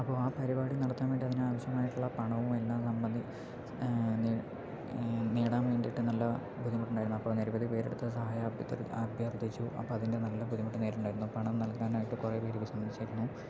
അപ്പൊൾ ആ പരിപാടി നടത്താൻ വേണ്ടി അതിനാവശ്യമായിട്ടുള്ള പണവും എല്ലാം നേടാൻ വേണ്ടീട്ട് നല്ല ബുദ്ധിമുട്ടുണ്ടായിരുന്നു അപ്പോൾ നിരവധി പേരുടെ അടുത്ത് സഹായം അഭ്യർഥിച്ചു അപ്പം അതിൻ്റെ നല്ല ബുദ്ധിമുട്ടുണ്ടായിരുന്നു പണം നൽകാനായിട്ട് കുറെ പേര് വിസമ്മതിച്ചിരുന്നു